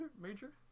major